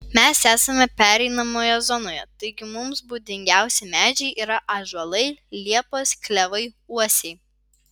mes esame pereinamoje zonoje taigi mums būdingiausi medžiai yra ąžuolai liepos klevai uosiai